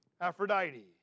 Aphrodite